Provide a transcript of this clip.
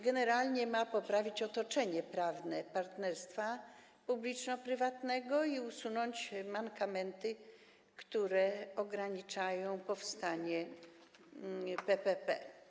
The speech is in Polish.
Generalnie ma on poprawić otoczenie prawne partnerstwa publiczno-prywatnego i usunąć mankamenty, które ograniczają powstawanie PPP.